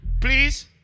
Please